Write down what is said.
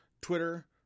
Twitter